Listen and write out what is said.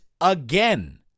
again